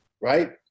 Right